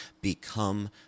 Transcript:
become